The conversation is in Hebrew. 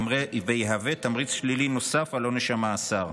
ויהווה תמריץ שלילי נוסף על עונש המאסר.